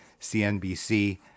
CNBC